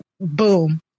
boom